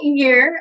year